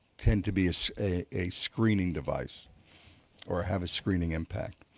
tend to be so a screening device or have a screening impact.